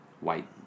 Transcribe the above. white